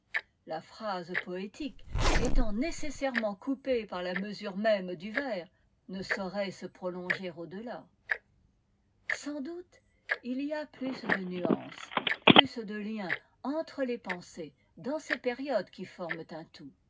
la phrase poétique étant nécessairement coupée par ia mesure même du vers ne saurait se prolonger au delà sans doute il y a plus de nuances plus deliens entre les pensées dans ces périodes qui forment un tout